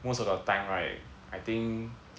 most of the time right I think